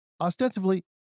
ostensibly